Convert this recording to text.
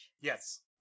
Yes